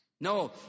No